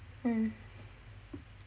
mm